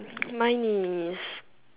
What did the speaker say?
mine is